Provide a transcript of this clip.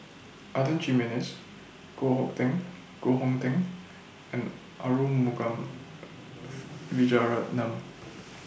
Adan Jimenez Koh Ho Teng Koh Hong Teng and Arumugam Vijiaratnam